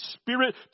Spirit